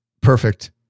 Perfect